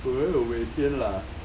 我没有每天啦